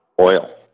oil